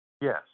Yes